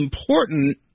important